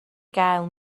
gael